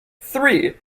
three